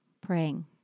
praying